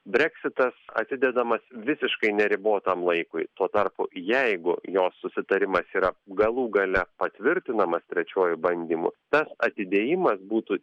breksitas atidedamas visiškai neribotam laikui tuo tarpu jeigu jo susitarimas yra galų gale patvirtinamas trečiuoju bandymu tas atidėjimas būtų